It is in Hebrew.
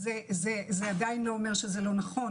זה עדיין לא אומר שזה לא נכון.